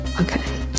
Okay